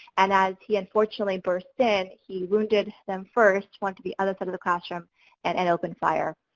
and as he, unfortunately burst in, he wounded them first, went to the other side of the classroom and and opened fire.